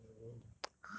no